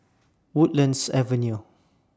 Woodlands Avenue